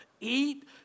eat